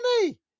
money